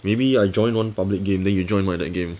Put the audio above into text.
maybe I join one public game then you join my that game